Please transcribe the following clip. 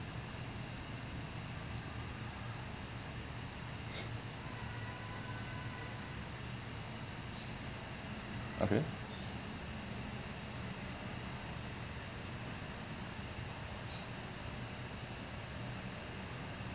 okay